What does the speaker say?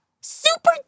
Super